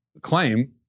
claim